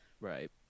Right